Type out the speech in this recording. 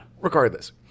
Regardless